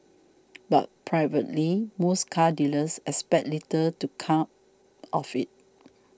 but privately most car dealers expect little to come of it